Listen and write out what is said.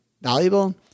valuable